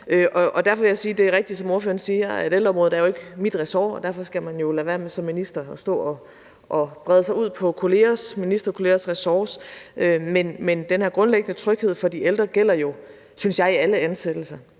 som ordføreren siger, at ældreområdet jo ikke er mit ressort, og man skal lade være med som minister at stå og brede sig ud på ministerkollegaers ressorter. Men den her grundlæggende tryghed for de ældre gælder jo, synes jeg, i alle ansættelser.